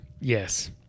Yes